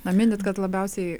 na minit kad labiausiai